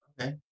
Okay